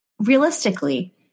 realistically